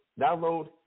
download